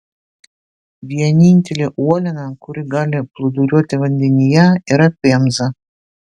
vienintelė uoliena kuri gali plūduriuoti vandenyje yra pemza